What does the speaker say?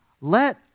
let